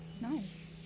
Nice